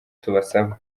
tubasaba